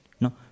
no